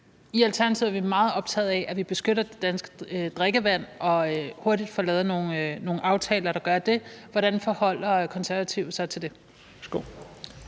I Alternativet er vi meget optaget af, at vi beskytter det danske drikkevand og hurtigt får lavet nogle aftaler, der gør det. Hvordan forholder Konservative sig til det?